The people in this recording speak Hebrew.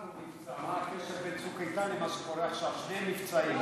שמעתי עכשיו שבצוק איתן הם עשו שני מבצעים.